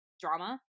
drama